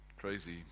crazy